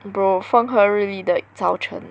bro 风和日丽的早晨